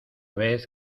vez